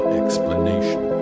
explanation